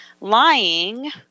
lying